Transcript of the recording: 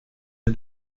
der